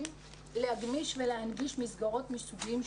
להגמיש ולהנגיש מסגרות מסוגים שונים,